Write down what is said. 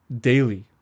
daily